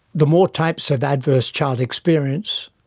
the more types of adverse childhood experience,